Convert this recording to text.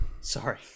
Sorry